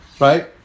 right